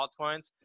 altcoins